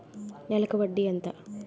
నెలకి వడ్డీ ఎంత?